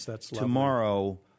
tomorrow